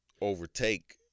overtake